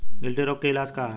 गिल्टी रोग के इलाज का ह?